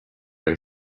are